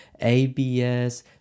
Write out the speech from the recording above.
ABS